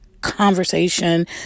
conversation